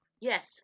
Yes